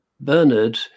Bernard